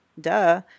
duh